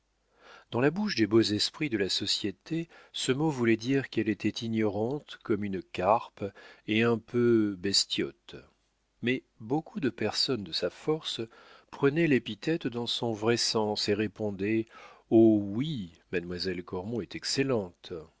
dans la bouche des beaux esprits de la société ce mot voulait dire qu'elle était ignorante comme une carpe et un peu bestiote mais beaucoup de personnes de sa force prenaient l'épithète dans son vrai sens et répondaient oh oui mademoiselle cormon est excellente